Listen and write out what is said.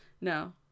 No